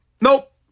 nope